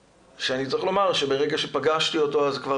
שאני צריך לומר שברגע שפגשתי אותו אז כבר